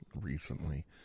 recently